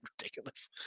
ridiculous